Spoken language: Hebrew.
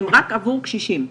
הם רק עבור קשישים.